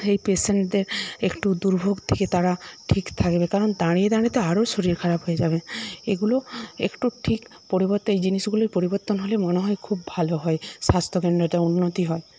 সেই পেশেন্টদের একটু দুর্ভোগ থেকে তারা ঠিক থাকবে কারণ দাঁড়িয়ে দাঁড়িয়ে তো আরও শরীর খারাপ হয়ে যাবে এগুলো একটু ঠিক পরিবর্তন এই জিনিসগুলোর পরিবর্তন মনে হয় খুব ভালো হয় স্বাস্থ্যকেন্দ্রে উন্নতি হয়